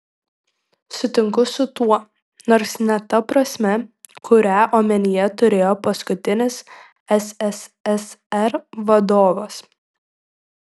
sutinku su tuo nors ne ta prasme kurią omenyje turėjo paskutinis sssr vadovas